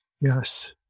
Yes